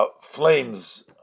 flames